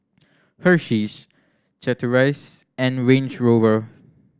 Hersheys Chateraise and Range Rover